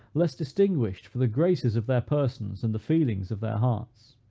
less distinguished for the graces of their persons, and the feelings of their hearts.